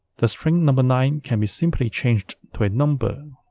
the string number nine can be simply changed to a number.